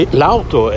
l'auto